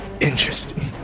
Interesting